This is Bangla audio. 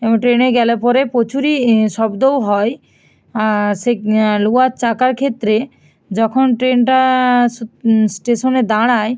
এবং ট্রেনে গেলে পরে প্রচুরই ই শব্দও হয় আর সে লোহার চাকার ক্ষেত্রে যখন ট্রেনটা স্ স্টেশনে দাঁড়ায়